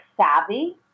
savvy